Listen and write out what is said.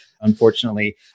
unfortunately